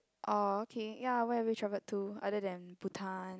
orh okay ya where have you travelled to other than Bhutan